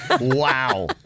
Wow